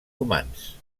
humans